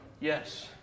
Yes